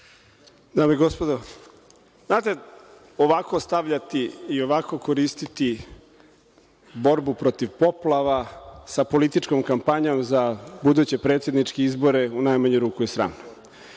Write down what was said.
Dame i gospodo, ovako stavljati i ovako koristiti borbu protiv poplava sa političkom kampanjom za buduće predsedničke izbore, u najmanju ruku je sramno.